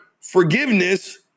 forgiveness